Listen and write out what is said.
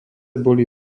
boli